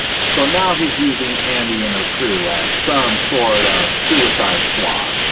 so now he's using andi and her crew as some sort of suicide squad.